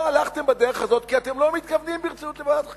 לא הלכתם בדרך הזאת כי אתם לא מתכוונים ברצינות לוועדת חקירה.